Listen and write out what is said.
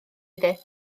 iddi